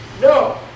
no